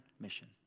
Mission